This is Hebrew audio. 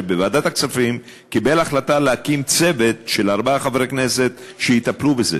שבוועדת הכספים קיבל החלטה להקים צוות של ארבעה חברי כנסת שיטפלו בזה.